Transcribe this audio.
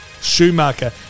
Schumacher